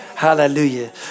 Hallelujah